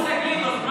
תמסה גלידות,